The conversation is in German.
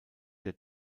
der